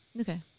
Okay